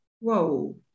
whoa